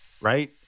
right